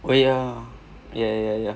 well yeah yeah yeah yeah